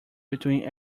between